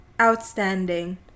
Outstanding